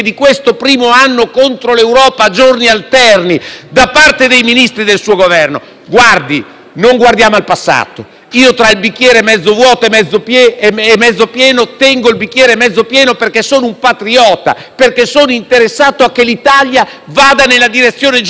non guardiamo al passato. Tra il bicchiere mezzo vuoto e mezzo pieno tengo il bicchiere mezzo pieno perché sono un patriota e perché sono interessato a che l'Italia vada nella direzione giusta, indipendentemente da chi governa. I Governi passano, ma l'Italia rimane. Il punto vero